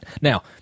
Now